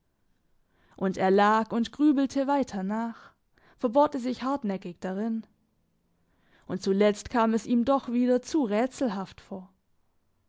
und er lag und grübelte weiter nach verbohrte sich hartnäckig darin und zuletzt kam es ihm doch wieder zu rätselhaft vor